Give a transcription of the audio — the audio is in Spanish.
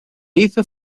hizo